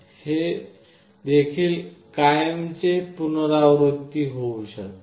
हे देखील कायमचे पुनरावृत्ती होऊ शकते